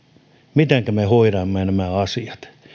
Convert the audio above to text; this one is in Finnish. mitenkä me hoidamme nämä asiat